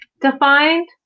defined